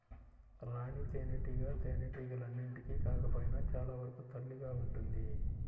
రాణి తేనెటీగ తేనెటీగలన్నింటికి కాకపోయినా చాలా వరకు తల్లిగా ఉంటుంది